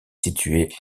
situé